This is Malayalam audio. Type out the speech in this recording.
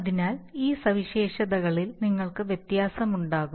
അതിനാൽ ഈ സവിശേഷതകളിൽ നിങ്ങൾക്ക് വ്യത്യാസമുണ്ടാകും